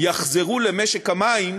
יחזרו למשק המים,